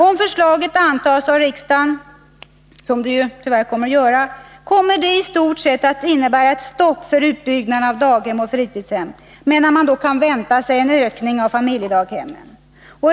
Om förslaget antas av riksdagen — vilket tyvärr kommer att ske — kommer det istort sett att innebära ett stopp för utbyggnaden av daghem och fritidshem, medan man kan vänta sig en ökning av familjedaghemmen.